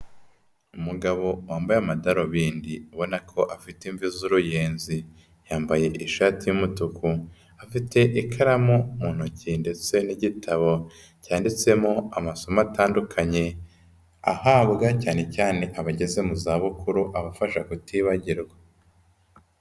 Umugabo wambaye amadarubindi, ubona ko afite imvi z'uruyenzi, yambaye ishati y'umutuku afite ikaramu mu ntoki, ndetse n'igitabo cyanditsemo amasomo atandukanye ahabwa cyane cyane abageze mu za bukuru abafasha kutibagirwa.